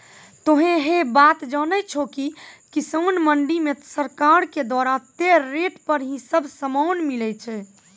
तोहों है बात जानै छो कि किसान मंडी मॅ सरकार के द्वारा तय रेट पर ही सब सामान मिलै छै